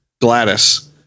Gladys